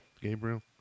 Gabriel